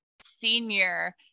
senior